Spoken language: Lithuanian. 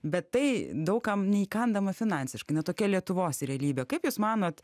bet tai daug kam neįkandama finansiškai na tokia lietuvos realybė kaip jūs manot